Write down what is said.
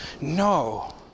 No